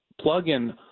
plug-in